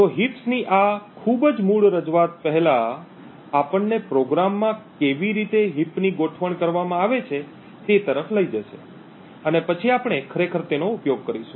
તો હીપ ની આ ખૂબ જ મૂળ રજૂઆત પહેલા આપણને પ્રોગ્રામમાં કેવી રીતે હીપ ની ગોઠવણ કરવામાં આવે છે તે તરફ લઈ જશે અને પછી આપણે ખરેખર તેનો ઉપયોગ કરીશું